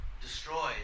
destroyed